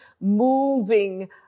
moving